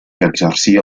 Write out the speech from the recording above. exercia